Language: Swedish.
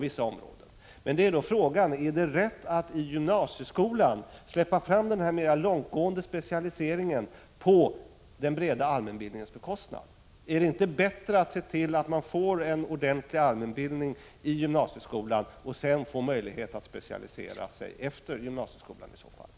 Frågan är då om det är riktigt att i gymnasieskolan släppa fram den mera långtgående specialiseringen på den breda allmänbildningens bekostnad. Är det inte bättre att vi ser till att man får en ordentlig allmänbildning i gymnasieskolan och att man får möjlighet att specialisera sig efter det att man har gått ut gymnasieskolan?